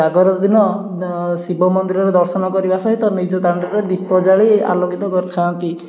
ଜାଗର ଦିନ ଶିବ ମନ୍ଦିରର ଦର୍ଶନ କରିବା ସହିତ ନିଜ ଦାଣ୍ଡରେ ଦୀପ ଜାଳି ଆଲୋକିତ କରିଥାନ୍ତି